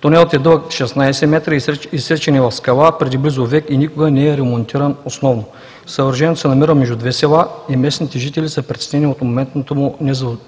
Тунелът е дълъг 16 м, изсечени в скала преди близо век и никога не е ремонтиран основно. Съоръжението се намира между две села и местните жители са притеснени от моментното му